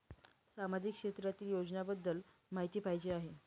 सामाजिक क्षेत्रातील योजनाबद्दल माहिती पाहिजे आहे?